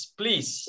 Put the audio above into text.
please